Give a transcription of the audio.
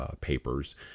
papers